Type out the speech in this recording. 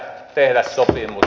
toivon tätä